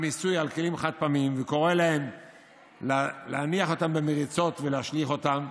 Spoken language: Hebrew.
המיסוי על כלים חד-פעמיים וקורא להניח אותם במריצות ולהשליך אותם,